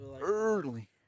early